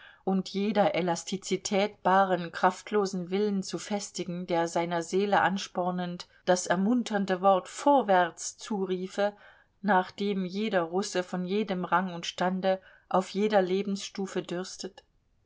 und jeder elastizität baren kraftlosen willen zu festigen der seiner seele anspornend das ermunternde wort vorwärts zuriefe nach dem jeder russe von jedem rang und stande auf jeder lebensstufe dürstet